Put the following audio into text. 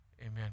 Amen